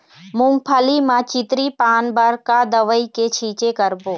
मूंगफली म चितरी पान बर का दवई के छींचे करबो?